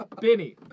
Binny